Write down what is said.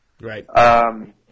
right